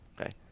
Okay